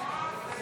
על ההסתייגות?